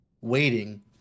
waiting